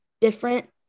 different